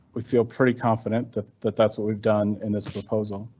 we feel pretty confident that that that's what we've done in this proposal.